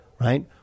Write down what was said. right